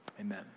amen